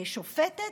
שופטת,